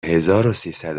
هزاروسیصد